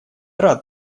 рад